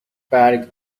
برگ